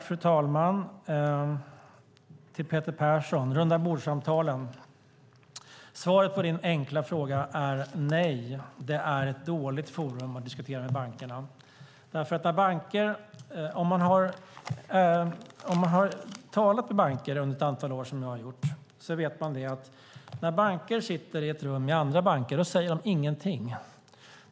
Fru talman! Till Peter Persson beträffande rundabordssamtalen som svar på din enkla fråga: Nej, det är ett dåligt forum för att diskutera med bankerna. Om man har talat till banker under ett antal år, som jag har gjort, vet man att när banker sitter i ett rum med andra banker, då säger de ingenting.